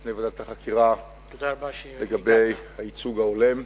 בפני ועדת החקירה לגבי הייצוג ההולם,